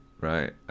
Right